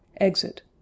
exit